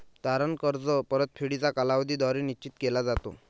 तारण कर्ज परतफेडीचा कालावधी द्वारे निश्चित केला जातो